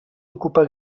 ocupa